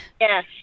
Yes